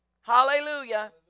Hallelujah